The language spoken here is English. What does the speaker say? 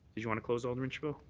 did you want to close, alderman chabot?